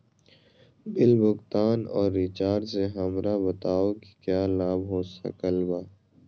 Bill भुगतान और recharge से हमरा बताओ कि क्या लाभ हो सकल बा?